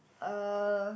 uh